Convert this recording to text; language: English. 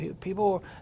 people